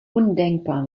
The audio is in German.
undenkbar